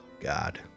God